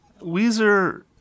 Weezer